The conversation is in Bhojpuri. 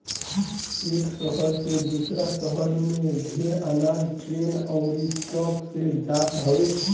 एक शहर से दूसरा शहर में ढेर अनाज ट्रेन अउरी ट्रक से जात हवे